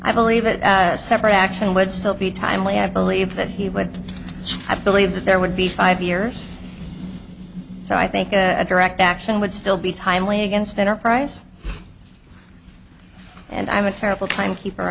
i believe that separate action would still be timely i believe that he would i believe that there would be five years so i think a direct action would still be timely against enterprise and i'm a terrible time keep